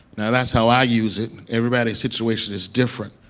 now, that's how i use it. everybody's situation is different.